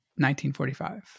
1945